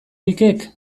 likek